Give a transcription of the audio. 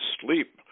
sleep